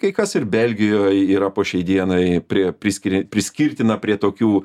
kai kas ir belgijoj yra po šiai dienai prie priskiria priskirtina prie tokių